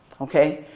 okay,